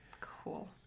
Cool